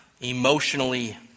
emotionally